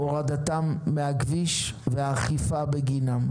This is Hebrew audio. הורדתן מהכביש והאכיפה בגינן.